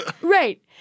Right